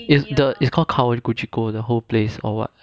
is the is called kawaguchiko the whole place or what